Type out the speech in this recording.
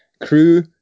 crew